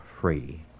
free